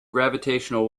gravitational